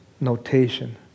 notation